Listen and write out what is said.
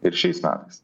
ir šiais metais